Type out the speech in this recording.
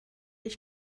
ich